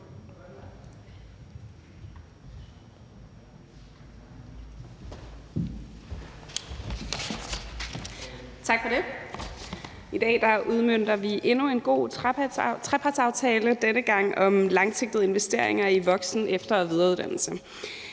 Tak for det. I dag udmønter vi endnu en god trepartsaftale, denne gang om langsigtede investeringer i voksen-, efter- og videreuddannelse.